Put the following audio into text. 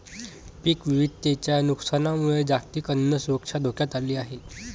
पीक विविधतेच्या नुकसानामुळे जागतिक अन्न सुरक्षा धोक्यात आली आहे